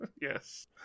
Yes